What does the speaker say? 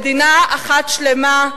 מדינה אחת שלמה,